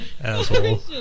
Asshole